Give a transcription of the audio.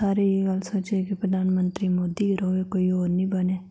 सारे इयै गल्ल सोचदे कि प्रधानमंत्री मोदी गै रवै कोई होर निं बने